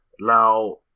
Now